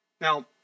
Now